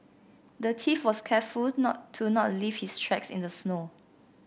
the thief was careful not to not leave his tracks in the snow